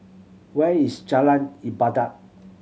where is Jalan Ibadat